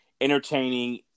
entertaining